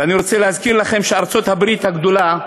ואני רוצה להזכיר לכם שארצות-הברית הגדולה,